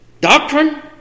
Doctrine